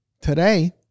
today